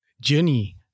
journey